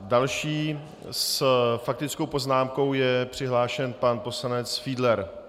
Další s faktickou poznámkou je přihlášen pan poslanec Fiedler.